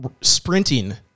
sprinting